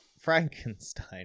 Frankenstein